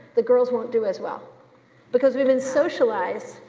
the girls won't do as well because we've been socialized,